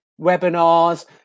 webinars